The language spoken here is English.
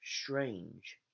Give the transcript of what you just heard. strange